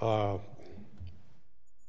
allege